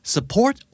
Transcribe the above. Support